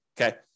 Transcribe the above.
okay